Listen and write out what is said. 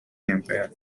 empire